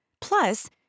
Plus